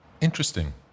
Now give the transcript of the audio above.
Interesting